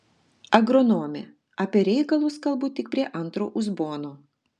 agronome apie reikalus kalbu tik prie antro uzbono